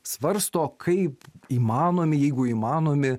svarsto kaip įmanomi jeigu įmanomi